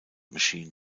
machine